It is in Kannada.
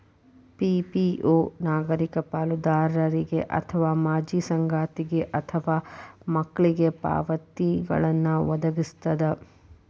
ಪಿ.ಪಿ.ಓ ನಾಗರಿಕ ಪಾಲುದಾರರಿಗೆ ಅಥವಾ ಮಾಜಿ ಸಂಗಾತಿಗೆ ಅಥವಾ ಮಕ್ಳಿಗೆ ಪಾವತಿಗಳ್ನ್ ವದಗಿಸ್ತದ